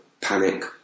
panic